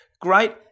great